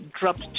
dropped